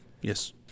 yes